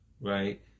right